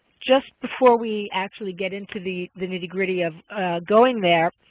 just before we actually get into the the nitty gritty of going there,